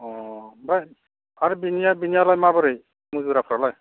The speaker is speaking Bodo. अ ओमफ्राय आरो बिनिया बिनियालाय माबोरै मुजिराफ्रालाय